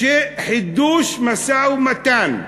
חידוש משא-ומתן.